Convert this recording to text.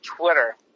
Twitter